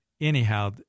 anyhow